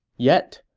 yet,